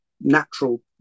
natural